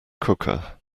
cooker